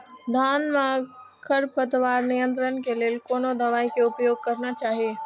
धान में खरपतवार नियंत्रण के लेल कोनो दवाई के उपयोग करना चाही?